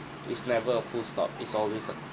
it's never a full stop it's always a comma